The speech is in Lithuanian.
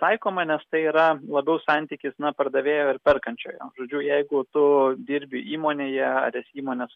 taikoma nes tai yra labiau santykis na pardavėjo ir perkančiojo žodžiu jeigu tu dirbi įmonėje ar esi įmonės